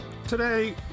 Today